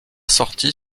sortie